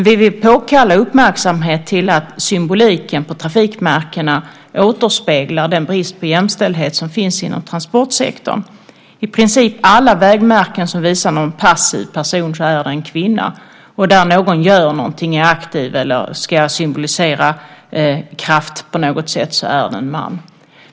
Vi vill påkalla uppmärksamhet på att symboliken på trafikmärkena återspeglar den brist på jämställdhet som finns inom transportsektorn. På i princip alla vägmärken där man visar någon passiv person är det en kvinna. Där någon gör någonting, är aktiv eller ska symbolisera kraft på något sätt är det en man.